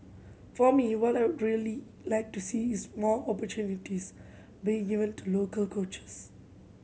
for me what I really like to see is more opportunities being given to local coaches